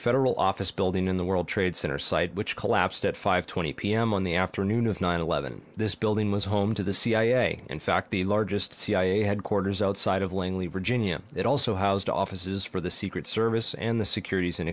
federal office building in the world trade center site which collapsed at five twenty p m on the afternoon of nine eleven this building was home to the cia in fact the largest cia headquarters outside of langley virginia it also housed offices for the secret service and the securities and